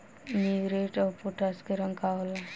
Muriate of potash के रंग का होला?